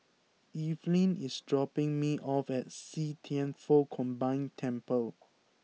Evelyn is dropping me off at See Thian Foh Combined Temple